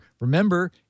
Remember